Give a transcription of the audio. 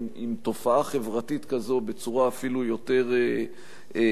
תופעה חברתית כזאת בצורה אפילו יותר אגרסיבית.